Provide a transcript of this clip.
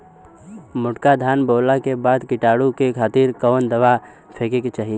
मोटका धान बोवला के बाद कीटाणु के खातिर कवन दावा फेके के चाही?